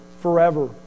forever